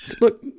look